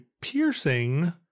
piercing